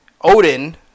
Odin